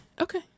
Okay